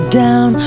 down